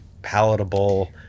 palatable